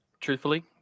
Truthfully